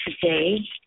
today